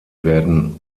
werden